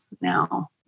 now